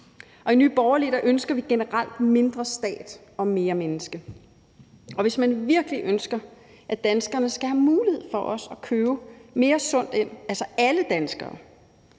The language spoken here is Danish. i Nye Borgerlige ønsker vi generelt mindre stat og mere menneske. Og hvis man virkelig ønsker, at danskerne skal have mulighed for også at købe mere sundt ind – altså alle danskere